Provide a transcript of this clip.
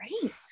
great